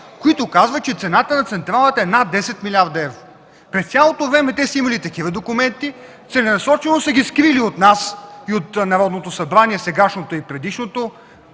които казват, че цената на централата е над 10 милиарда евро. През цялото време те са имали такива документи, целенасочено са ги скрили от нас и от Народното събрание – сегашното и предишното,